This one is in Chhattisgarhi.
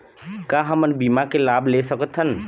का हमन बीमा के लाभ ले सकथन?